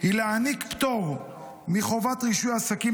היא להעניק פטור מחובת רישוי עסקים